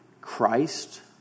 Christ